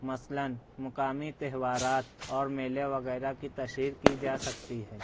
مثلاً مقامی تہوارات اور میلے وغیرہ کی تشہیر کی جا سکتی ہے